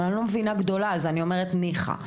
אני לא מבינה גדולה, אז אני אומרת ניחא.